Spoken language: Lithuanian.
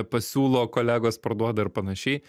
pasiūlo kolegos parduoda ir panašiai